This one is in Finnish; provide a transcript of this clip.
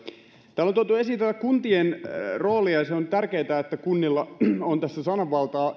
täällä on tuotu esiin tämä kuntien rooli ja se on tärkeätä että kunnilla on tässä sananvaltaa